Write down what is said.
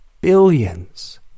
billions